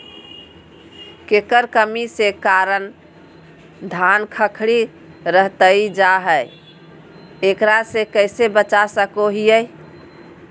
केकर कमी के कारण धान खखड़ी रहतई जा है, एकरा से कैसे बचा सको हियय?